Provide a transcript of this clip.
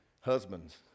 Husbands